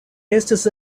estis